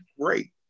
great